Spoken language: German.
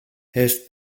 helft